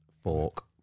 fork